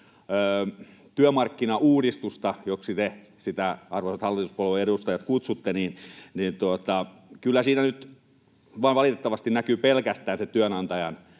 työmarkkinauudistuksessa — joksi te sitä, arvoisat hallituspuolueiden edustajat, kutsutte — nyt vaan valitettavasti näkyy pelkästään se työnantajan